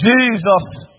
Jesus